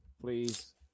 please